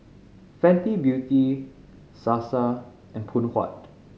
Fenty Beauty Sasa and Phoon Huat